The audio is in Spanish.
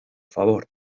favor